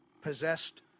possessed